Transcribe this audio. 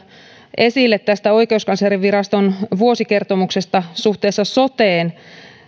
esille tästä oikeuskanslerinviraston vuosikertomuksesta suhteessa soteen